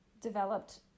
developed